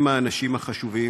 הם האנשים החשובים,